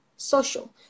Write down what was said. social